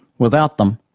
without them,